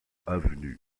avenue